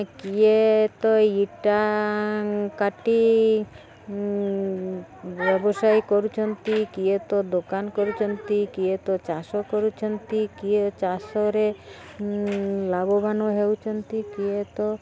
କିଏ ତ ଇଟା କାଟି ବ୍ୟବସାୟ କରୁଛନ୍ତି କିଏ ତ ଦୋକାନ କରୁଛନ୍ତି କିଏ ତ ଚାଷ କରୁଛନ୍ତି କିଏ ଚାଷରେ ଲାଭବାନ ହେଉଛନ୍ତି କିଏ ତ